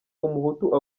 umuhutu